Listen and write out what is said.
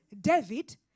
David